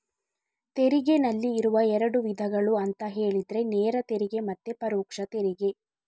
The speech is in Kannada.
ತೆರಿಗೆನಲ್ಲಿ ಇರುವ ಎರಡು ವಿಧಗಳು ಅಂತ ಹೇಳಿದ್ರೆ ನೇರ ತೆರಿಗೆ ಮತ್ತೆ ಪರೋಕ್ಷ ತೆರಿಗೆ